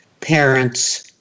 parents